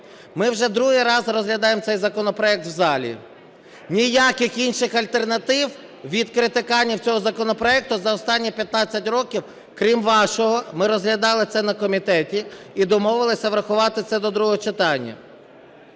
Ми вже другий раз розглядаємо цей законопроект у залі. Ніяких інших альтернатив від критиканів цього законопроекту за останні 15 років, крім вашого, ми розглядали це на комітеті і домовилися врахувати це до другого читання.